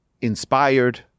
inspired